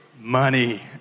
Money